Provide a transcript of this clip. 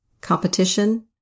competition